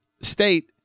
State